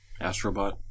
Astrobot